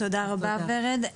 תודה רבה ורד.